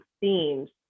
themes